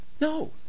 No